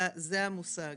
זה המושג,